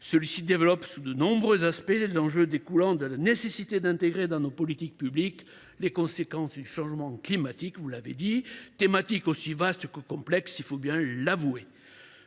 Celle ci développe, sous de nombreux aspects, les enjeux découlant de la nécessité d’intégrer dans nos politiques publiques les conséquences du changement climatique, sujet aussi vaste que complexe, il faut bien l’avouer.